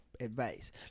advice